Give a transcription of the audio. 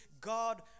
God